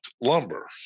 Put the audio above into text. lumber